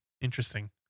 Interesting